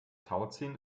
tauziehen